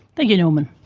thank you norman.